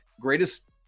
greatest